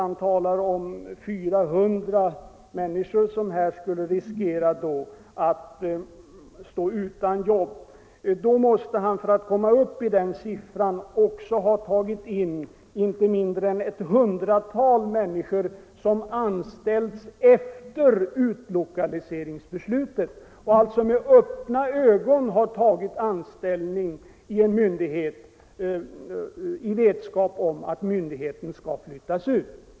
Han talar om 400 människor som här skulle riskera att stå utan jobb. För att komma upp till den siffran måste han också ha tagit med inte mindre än ett hundratal människor som anställts efter utlokaliseringsbeslutet och alltså med öppna ögon tagit anställning vid en myndighet som man har vetskap om skall flyttas ut.